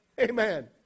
Amen